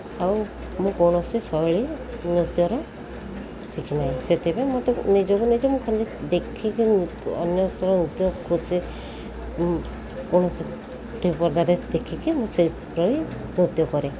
ଆଉ ମୁଁ କୌଣସି ଶୈଳୀ ନୃତ୍ୟର ଶିଖିନାହିଁ ସେଥିପାଇଁ ମୋତେ ନିଜକୁ ନିଜେ ମୁଁ ଖାଲି ଦେଖିକି ଅନ୍ୟ ନୃତ୍ୟ କୌଣସି ଟି ଭି ପର୍ଦ୍ଦାରେ ଦେଖିକି ମୁଁ ସେପରି ନୃତ୍ୟ କରେ